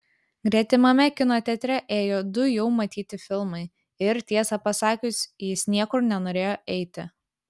gretimame kino teatre ėjo du jau matyti filmai ir tiesą pasakius jis niekur nenorėjo eiti